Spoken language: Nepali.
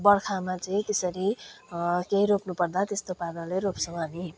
बर्खामा चाहिँ त्यसरी केही रोप्नु पर्दा त्यस्तो पाराले रोप्छौँ हामी